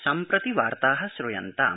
सम्प्रति वार्ता श्र्यन्ताम्